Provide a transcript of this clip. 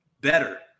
better